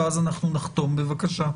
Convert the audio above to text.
בבקשה.